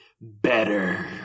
better